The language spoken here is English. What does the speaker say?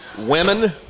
women